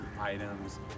items